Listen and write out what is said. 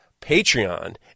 patreon